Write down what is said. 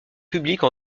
publique